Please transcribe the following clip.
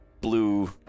blue